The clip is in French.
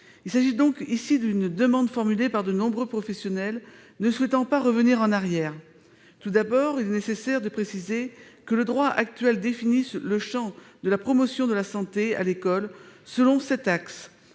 Il s'agit donc d'une demande formulée par de nombreux professionnels, qui ne souhaitent pas revenir en arrière. Tout d'abord, il est nécessaire de préciser que le droit actuel définit le champ de la promotion de la santé à l'école selon sept axes